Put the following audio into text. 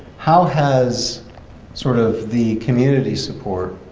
how has sort of the community's support